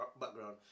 background